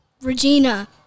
Regina